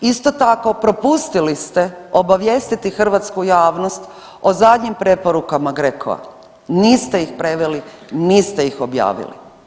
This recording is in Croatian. Isto taklo propustili ste obavijestiti hrvatsku javnost o zadnjim preporukama GRCO-a, niste ih preveli, niste ih objavili.